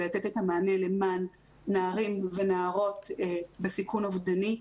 לתת את המענה למען נערים ונערות בסיכון אובדני,